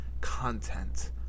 content